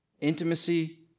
intimacy